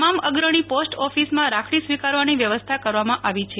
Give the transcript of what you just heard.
તમામ અગ્રણી પોસ્ટ ઓફિસમાં રાખડી સ્વીકારવાની વ્યવસ્થા કરવામાં આવી છે